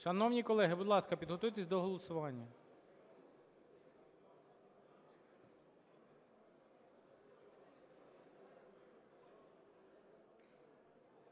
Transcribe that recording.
Шановні колеги, будь ласка, підготуйтесь до голосування.